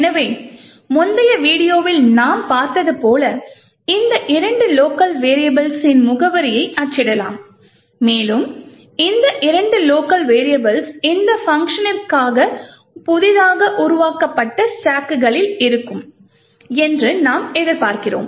எனவே முந்தைய வீடியோவில் நாம் பார்த்தது போல இந்த இரண்டு லோக்கல் வெரியபுள்ஸின் முகவரியை அச்சிடலாம் மேலும் இந்த இரண்டு லோக்கல் வெரியபுள்ஸ் இந்த பங்க்ஷனிற்காக புதிதாக உருவாக்கப்பட்ட ஸ்டாக்களில் இருக்கும் என்று நாம் எதிர்பார்க்கிறோம்